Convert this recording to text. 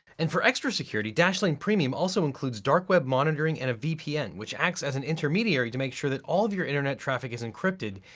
and for extra security, dashlane premium also includes dark web monitoring and a vpn which acts as an intermediary to make sure that all of your internet traffic is encrypted,